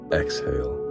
exhale